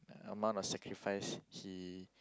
amount of sacrifice he